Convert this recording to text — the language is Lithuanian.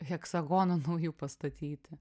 heksagoną naujų pastatyti